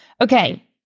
Okay